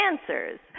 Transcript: answers